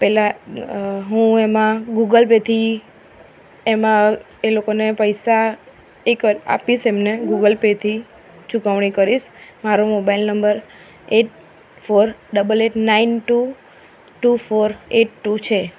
પહેલાં હું એમાં ગૂગલ પે થી એમાં એ લોકોને પૈસા એ કરીશ આપીશ એમને ગૂગલ પે થી ચૂકવણી કરીશ મારો mobile number eight four double eight nine two two four eight two છે